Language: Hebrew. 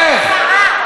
איך?